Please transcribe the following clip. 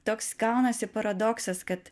toks gaunasi paradoksas kad